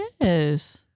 Yes